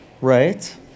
Right